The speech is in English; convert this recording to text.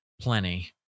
plenty